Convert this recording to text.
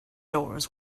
doors